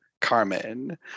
Carmen